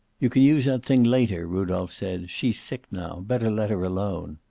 you can use that thing later, rudolph said. she's sick now. better let her alone.